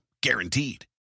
Guaranteed